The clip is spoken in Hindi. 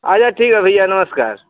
अच्छा ठीक है भैया नमस्कार